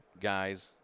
guys